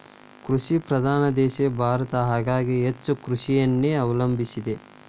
ಕೃಷಿ ಪ್ರಧಾನ ದೇಶ ಭಾರತ ಹಾಗಾಗಿ ಹೆಚ್ಚ ಕೃಷಿಯನ್ನೆ ಅವಲಂಬಿಸಿದೆ